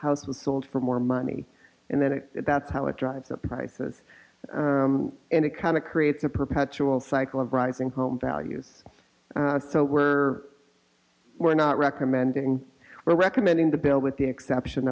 houses sold for more money and then it that's how it drives up prices and it kind of creates a perpetual cycle of rising home values so we're we're not recommending we're recommending the bill with the exception